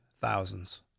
thousands